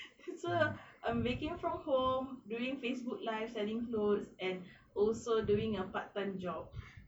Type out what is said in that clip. so I'm baking from home doing facebook live selling clothes and also doing a part time job